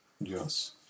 Yes